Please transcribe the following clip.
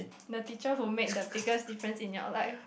the teacher who made the biggest difference in your life